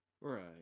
Right